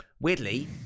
Weirdly